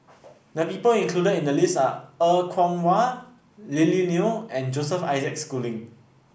the people included in the list are Er Kwong Wah Lily Neo and Joseph Isaac Schooling